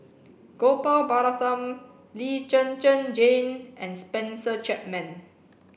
Gopal Baratham Lee Zhen Zhen Jane and Spencer Chapman